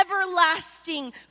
everlasting